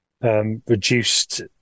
reduced